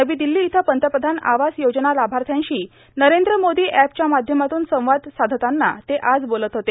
नवी दिल्ली इथं पंतप्रधान आवास योजना लाभाध्यांशी नरेंद्र मोदी अॅपच्या माध्यमातून संवाद साधताना ते आज बोलत होते